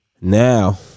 Now